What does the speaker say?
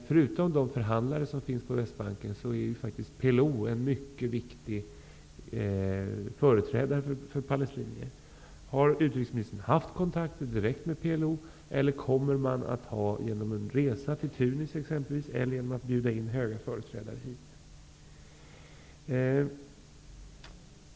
Förutom de förhandlare som finns på Västbanken är ju faktiskt PLO en mycket viktig företrädare för palestinier. Har utrikesministern haft kontakter direkt med PLO, eller kommer hon att ha det genom att exempelvis göra en resa till Tunis eller genom att bjuda in höga företrädare hit?